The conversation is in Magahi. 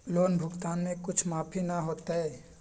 लोन भुगतान में कुछ माफी न होतई?